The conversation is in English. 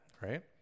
right